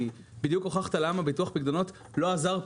כי בדיוק הוכחת למה ביטוח פקדונות לא עזר פה.